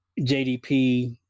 JDP